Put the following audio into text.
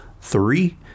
three